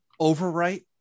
overwrite